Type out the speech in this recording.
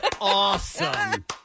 Awesome